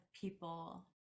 people